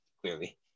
clearly